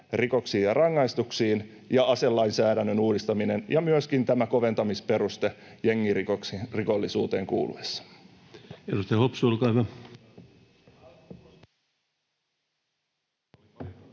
rikoksiin ja rangaistuksiin, ja aselainsäädännön uudistaminen ja myöskin tämä koventamisperuste jengirikollisuuteen kuuluessa. [Speech 105] Speaker: